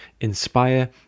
inspire